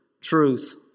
truth